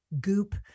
Goop